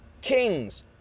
kings